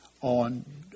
on